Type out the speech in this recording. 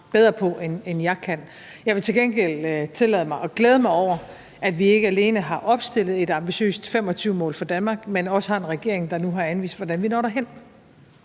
bedre på, end jeg kan. Jeg vil til gengæld tillade mig at glæde mig over, at vi ikke alene har opstillet et ambitiøst 2025-mål for Danmark, men også har en regering, der nu har anvist, hvordan vi når derhen.